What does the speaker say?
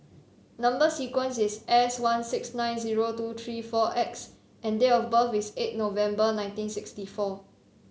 number sequence is S one six nine zero two three four X and date of birth is eight November nineteen sixty four